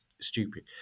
stupid